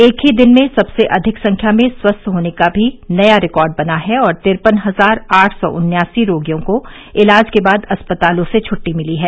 एक ही दिन में सबसे अधिक संख्या में स्वस्थ होने का भी नया रिकॉर्ड बना है और तिरपन हजार आठ सौ उन्यासी रोगियों को इलाज के बाद अस्पतालों से छुट्टी मिली है